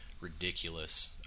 ridiculous